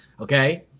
okay